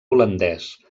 holandès